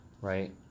right